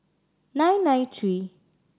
nine nine three